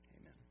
Amen